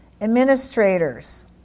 administrators